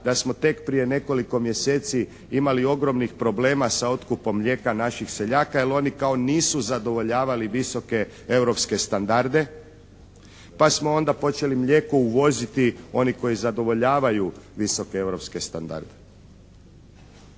da smo tek prije nekoliko mjeseci imali ogromnih problema sa otkupom mlijeka naših seljaka, jer oni kao nisu zadovoljavali visoke europske standarde. Pa smo onda počeli mlijeko uvoziti oni koji zadovoljavaju visoke europske standarde.